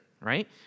right